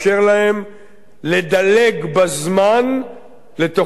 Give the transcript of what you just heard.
לדלג בזמן לתוככי המאה ה-21,